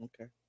okay